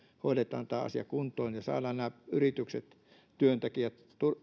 hoidetaan tämä asia kuntoon ja saadaan nämä yritykset työntekijät